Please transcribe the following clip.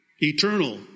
eternal